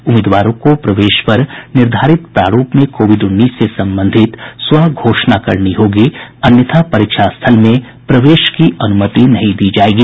उम्मीदवारों को प्रवेश पर निर्धारित प्रारूप में कोविड उन्नीस से संबंधित स्व घोषणा करनी होगी अन्यथा परीक्षा स्थल में प्रवेश की अनुमति नहीं दी जाएगी